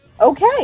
Okay